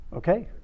Okay